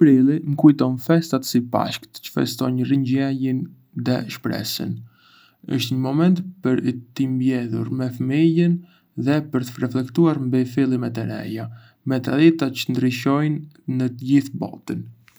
Prilli më kujton festat si Pashkët, çë festojnë ringjalljen dhe shpresën. Është një moment për t'u mbledhur me familjen dhe për të reflektuar mbi fillimet e reja, me tradita çë ndryshojnë në të gjithë botën.